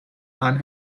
and